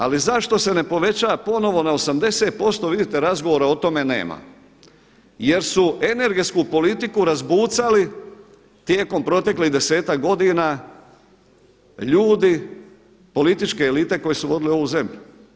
Ali zašto se ne poveća ponovno na 80% vidite razgovora o tome nema, jer su energetsku politiku razbucali tijekom proteklih desetak godina ljudi, političke elite koje su vodile ovu zemlju.